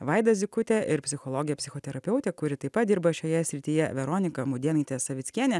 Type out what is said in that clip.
vaida zykutė ir psichologė psichoterapeutė kuri taip pat dirba šioje srityje veronika mudėnaitė savickienė